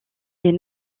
est